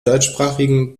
deutschsprachigen